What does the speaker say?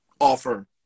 offer